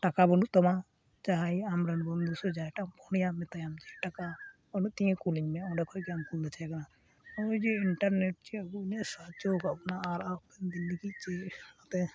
ᱴᱟᱠᱟ ᱵᱟᱹᱱᱩᱜ ᱛᱟᱢᱟ ᱡᱟᱦᱟᱭ ᱟᱢᱨᱮᱱ ᱵᱩᱱᱫᱷᱩ ᱥᱮ ᱡᱟᱦᱟᱭ ᱴᱟᱜ ᱯᱷᱩᱱᱟᱭᱟᱢ ᱢᱮᱛᱟᱭᱟᱢ ᱴᱟᱠᱟ ᱵᱟᱹᱱᱩᱜ ᱛᱤᱧᱟᱹ ᱠᱩᱞᱟᱹᱧ ᱢᱮ ᱚᱸᱰᱮ ᱠᱷᱚᱡ ᱜᱮ ᱟᱢ ᱠᱩᱫᱮ ᱛᱟᱦᱮᱸ ᱠᱟᱱᱟ ᱱᱚᱜ ᱚᱭ ᱡᱮ ᱤᱱᱴᱟᱨᱱᱮᱴ ᱩᱱᱟᱹᱜ ᱥᱟᱦᱟ ᱡᱚ ᱟᱠᱟᱫ ᱵᱚᱱᱟ ᱟᱨ ᱟᱢᱮᱢ ᱢᱮᱱ ᱞᱟᱹᱜᱤᱫ ᱡᱮ ᱱᱚᱛᱮ